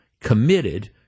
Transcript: committed